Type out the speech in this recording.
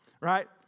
right